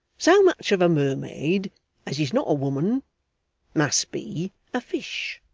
so much of a mermaid as is not a woman must be a fish.